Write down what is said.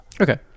Okay